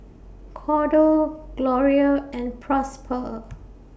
Cordell Gloria and Prosper